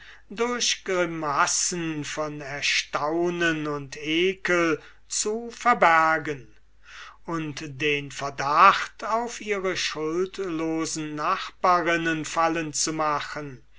durch grimassen von erstaunen und ekel zu verbergen und den verdacht auf ihre schuldlosen nachbarinnen fallen zu machen